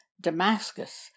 Damascus